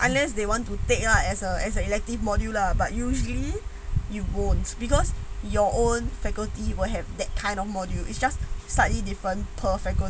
unless they want to take ah as a as a elective module lah but usually you won't because your own faculty will have that kind of module is just slightly different perfectly